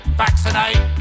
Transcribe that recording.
vaccinate